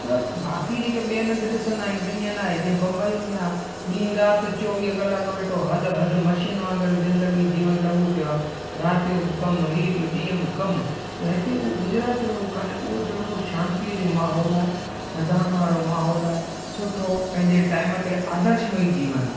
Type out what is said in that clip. त बाक़ी जेके ॿियनि हंधु ॾिसंदा आहियूं त ईअं न आहे जीअं बम्बई में आहे ॾींहुं राति चोवीह कलाक वेठो हलु हलु मशीन वांगुरु ज़िंदगी जीवन लॻो पियो आहे राति जो बि कमु ही बि ॾींहुं बि कमु त हिते हो गुजरात में हो कान्हे उहो जहिड़ो को शांतिअ जो माहौल आहे थधाण वारो माहौल आहे सुठो पंहिंजे टाइम ते आदर्श मय जीवन आहे